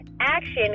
action